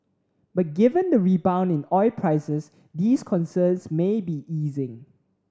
but given the rebound in oil prices these concerns may be easing